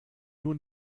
nun